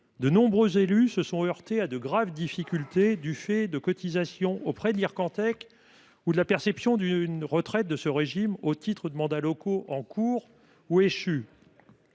de nombreux élus se sont heurtés à de graves difficultés en raison de cotisations auprès de l’Ircantec ou de la perception d’une retraite de ce régime au titre de mandats locaux en cours ou échus.